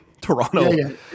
toronto